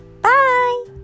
bye